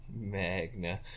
Magna